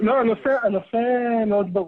לא, הנושא מאוד ברור,